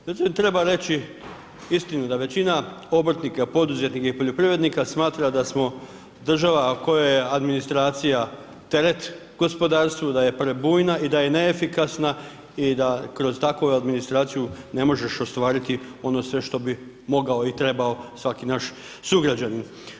Međutim treba reći istinu, da većina obrtnika, poduzetnika i poljoprivrednika smatra da smo država kojoj je administracija teret gospodarstvu, da je prebujna i da je neefikasna i da kroz takvu administraciju ne možeš ostvariti ono sve što bi mogao i trebao svaki naš sugrađanin.